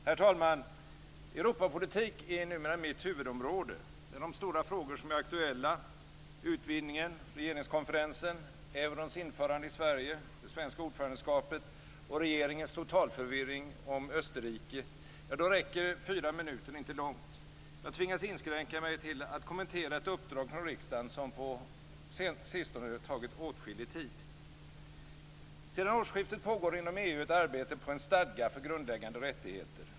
Herr talman! Europapolitik är numera mitt huvudområde. Med de stora frågor som där är aktuella - utvidgningen, regeringskonferensen, eurons införande i Sverige, det svenska ordförandeskapet och regeringens totalförvirring om Österrike - räcker fyra minuter inte långt. Jag tvingas inskränka mig till att kommentera ett uppdrag från riksdagen som på sistone tagit åtskillig tid. Sedan årsskiftet pågår inom EU ett arbete på en stadga för grundläggande rättigheter.